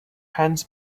hands